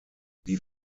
die